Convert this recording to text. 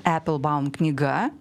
eplbaum knyga